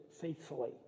faithfully